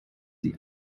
die